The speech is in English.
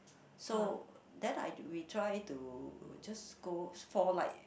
so then I we try to just go for like